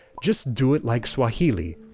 just do it like swahili.